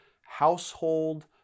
household